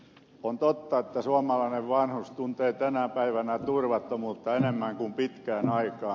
on totta että suomalainen vanhus tuntee tänä päivänä turvattomuutta enemmän kuin pitkään aikaan